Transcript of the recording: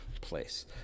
place